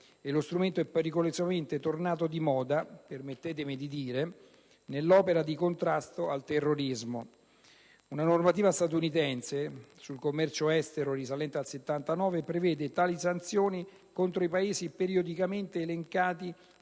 e lo strumento è pericolosamente tornato di moda - permettetemi l'espressione - nell'opera di contrasto al terrorismo. Una normativa statunitense sul commercio estero risalente al 1979 prevede tali sanzioni contro i Paesi periodicamente elencati